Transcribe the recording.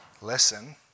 Listen